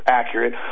accurate